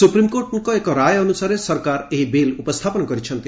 ସୁପ୍ରିମ୍କୋର୍ଟଙ୍କ ଏକ ରାୟ ଅନୁସାରେ ସରକାର ଏହି ବିଲ୍ ଉପସ୍ଥାପନ କରିଛନ୍ତି